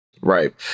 Right